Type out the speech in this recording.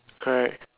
correct